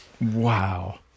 Wow